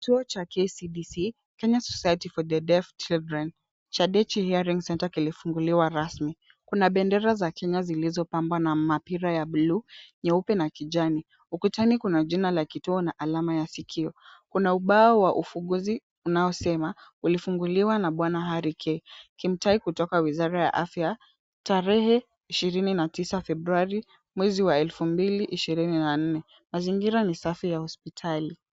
Chuo cha KCDC, Kenya Society for the Deaf Children, Chadhechi Hearing Center kilifunguliwa rasmi. Kuna bendera za Kenya zilizopambwa na mapira ya bluu, nyeupe na kijani. Ukutani kuna jina la kituo na alama ya sikio. Kuna ubao wa ufunguzi unaosema, ulifunguliwa na Bwana Hari K. Kimtai kutoka Wizara ya Afya, tarehe 29 Februari mwezi wa 2024. Mazingira ni safi ya hospitali.